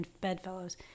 bedfellows